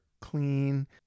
clean